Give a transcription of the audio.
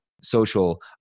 Social